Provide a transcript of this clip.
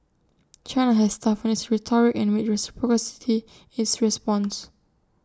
China has toughened its rhetoric and made reciprocity its response